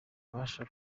ububasha